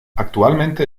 actualmente